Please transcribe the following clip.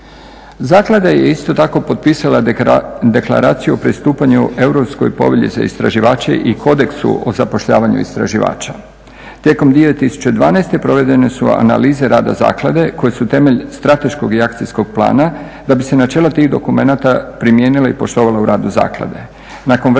Zaklada je isto tako potpisala Deklaraciju o pristupanju Europskoj povelji za istraživače i kodeksu o zapošljavanju istraživača. Tijekom 2012. provedene su analize rada zaklade koje su temelj strateškog i akcijskog plana da bi se načelo tih dokumenata primijenilo i poštovalo u radu zaklade.